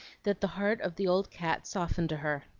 that the heart of the old cat softened to her,